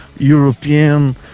European